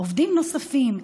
עובדים נוספים,